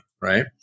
right